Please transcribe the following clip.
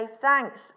thanks